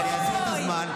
אני אעצור את הזמן.